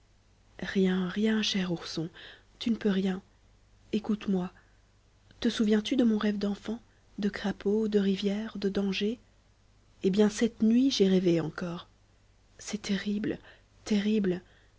rien rien cher ourson tu ne peux rien écoute-moi te souviens-tu de mon rêve d'enfant de crapaud de rivière de danger eh bien cette nuit j'ai rêvé encore c'est terrible terrible